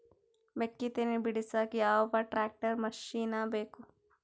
ಮೆಕ್ಕಿ ತನಿ ಬಿಡಸಕ್ ಯಾವ ಟ್ರ್ಯಾಕ್ಟರ್ ಮಶಿನ ಬೇಕು?